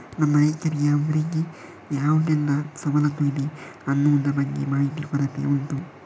ನಮ್ಮ ರೈತರಿಗೆ ಅವ್ರಿಗೆ ಯಾವುದೆಲ್ಲ ಸವಲತ್ತು ಇದೆ ಅನ್ನುದ್ರ ಬಗ್ಗೆ ಮಾಹಿತಿ ಕೊರತೆ ಉಂಟು